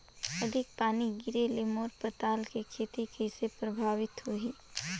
अधिक पानी गिरे ले मोर पताल के खेती कइसे प्रभावित होही?